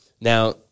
Now